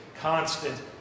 constant